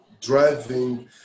driving